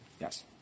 Yes